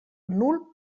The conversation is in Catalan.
nul